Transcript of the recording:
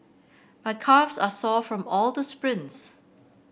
my calves are sore from all the sprints